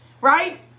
right